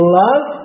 love